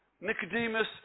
Nicodemus